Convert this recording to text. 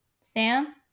Sam